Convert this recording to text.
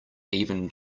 even